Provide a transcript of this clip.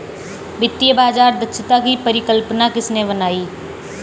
वित्तीय बाजार दक्षता की परिकल्पना किसने बनाई?